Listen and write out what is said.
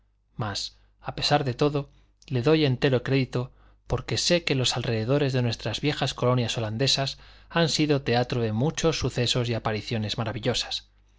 mas a pesar de todo le doy entero crédito porque sé que los alrededores de nuestra viejas colonias holandesas han sido teatro de muchos sucesos y apariciones maravillosas